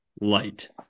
Light